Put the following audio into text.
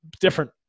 different